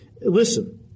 Listen